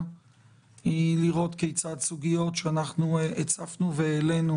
היא לראות כיצד סוגיות שאנחנו הצפנו והעלנו